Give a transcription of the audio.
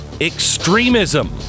extremism